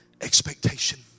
Expectation